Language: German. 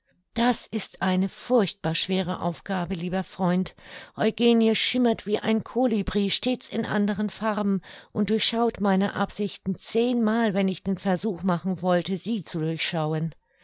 das ist eine furchtbar schwere aufgabe lieber freund eugenie schimmert wie ein kolibri stets in anderen farben und durchschaut meine absichten zehn mal wenn ich den versuch machen wollte sie zu durchschauen